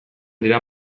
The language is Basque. dira